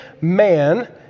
man